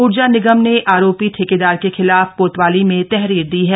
ऊर्जा निगम ने आरोपी ठेकेदार के खिलाफ कोतवाली में तहरीर दी है